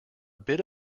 bit